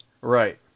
Right